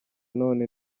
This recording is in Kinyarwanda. none